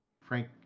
Frank